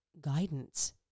guidance